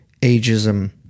ageism